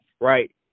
Right